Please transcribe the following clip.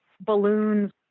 balloons